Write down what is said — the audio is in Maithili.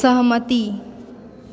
सहमति